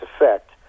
effect